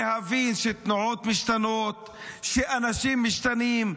להבין שתנועות משתנות, שאנשים משתנים.